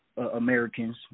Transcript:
Americans